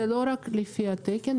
זה לא רק לפי התקן,